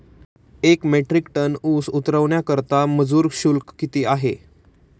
एक metric ton ऊस उतरवण्याकरता मजूर शुल्क किती आहे?